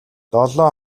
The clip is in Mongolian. долоо